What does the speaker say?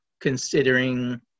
considering